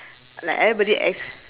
like everybody as